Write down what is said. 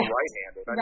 right-handed